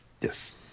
Yes